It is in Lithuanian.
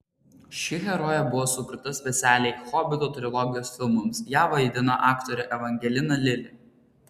ši herojė buvo sukurta specialiai hobito trilogijos filmams ją vaidina aktorė evangelin lili